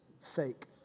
fake